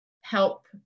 help